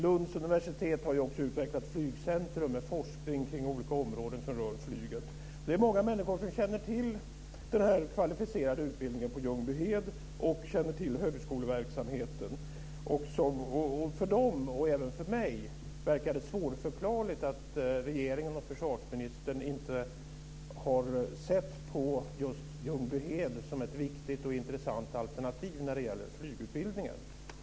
Lunds universitet har också utvecklat ett flygcentrum med forskning kring olika områden som rör flyget. Det är många människor som känner till denna kvalificerade utbildning på Ljungbyhed och högskoleverksamheten. För dem och även för mig verkar det svårförklarligt att regeringen och försvarsministern inte har sett på just Ljungbyhed som ett viktigt och intressant alternativ när det gäller flygutbildningen.